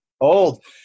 old